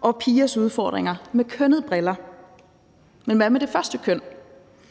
og pigers udfordringer med kønnede briller. Men hvad med det første køn?